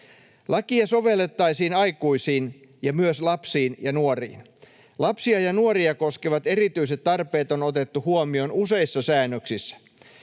Lakia sovellettaisiin aikuisiin ja myös lapsiin ja nuoriin. Lapsia ja nuoria koskevat erityiset tarpeet on otettu huomioon useissa säännöksissä.